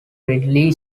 ridley